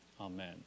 Amen